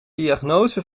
diagnose